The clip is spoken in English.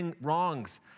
wrongs